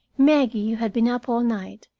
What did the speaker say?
maggie, who had been up all night,